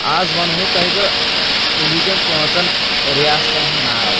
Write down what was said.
آز وَنہو تۄہہِ بہٕ اِنڈیا ہچیٚن پانٛژن ریاستن ہُنٛد ناو